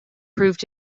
proved